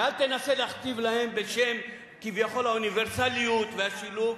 ואל תנסה להכתיב להם כביכול בשם האוניברסליות והשילוב,